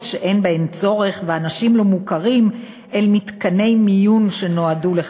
שאין בהן צורך / ואנשים לא מוכרים אל מתקני מיון שנועדו לכך.